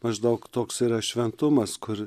maždaug toks yra šventumas kur